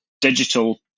digital